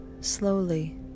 slowly